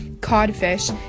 codfish